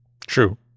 True